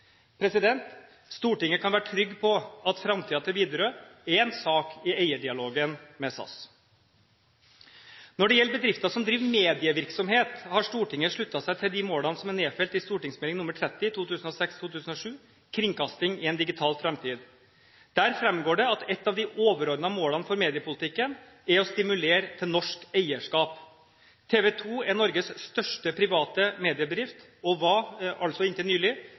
Stortinget kan være trygg på at framtiden til Widerøe er en sak i eierdialogen med SAS. Når det gjelder bedrifter som driver medievirksomhet, har Stortinget sluttet seg til de målene som er nedfelt i St.meld. nr. 30 for 2006–2007 Kringkasting i en digital fremtid. Der framgår det at et av de overordnede målene for mediepolitikken er å stimulere til norsk eierskap. TV 2 er Norges største private mediebedrift og var, altså inntil nylig,